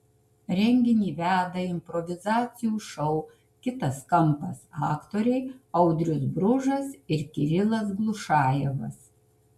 renginį veda improvizacijų šou kitas kampas aktoriai audrius bružas ir kirilas glušajevas